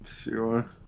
Sure